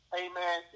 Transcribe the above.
amen